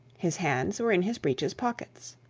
his hands were in his breeches pockets.